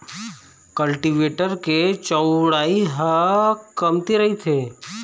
cultivator के चउड़ई ह कमती रहिथे